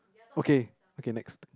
okay okay next